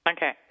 Okay